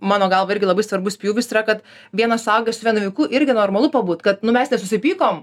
mano galva irgi labai svarbus pjūvis yra kad vienas suaugęs su vienu vaiku irgi normalu pabūt kad nu mes nesusipykom